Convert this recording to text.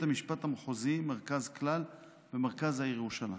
המשפט המחוזי למרכז כלל במרכז העיר ירושלים.